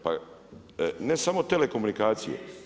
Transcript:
Pa ne samo telekomunikacije.